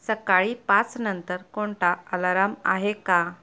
सकाळी पाच नंतर कोणता आलाराम आहे का